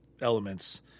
elements